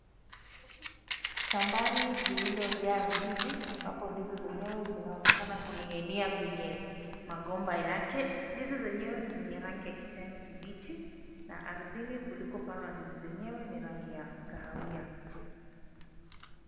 Shambani lililojaa ndizi ambapo ndizi zenyewe zinaonekana kuning'inia kwenye magomba yake. Ndizi zenyewe ni zenye rangi ya kijani kibichi, na ardhini kulikopandwa ndizi zenyewe ni rangi ya kahawia.